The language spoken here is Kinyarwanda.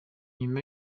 nyuma